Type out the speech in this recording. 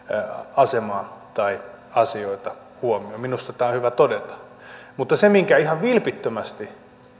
asemaa tai asioita huomioon minusta tämä on hyvä todeta mutta se minkä ihan vilpittömästi